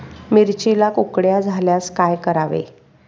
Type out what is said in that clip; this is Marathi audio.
मिरचीला कुकड्या झाल्यास काय करावे?